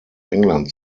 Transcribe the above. england